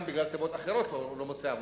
גם בגלל סיבות אחרות הוא לא מוצא עבודה.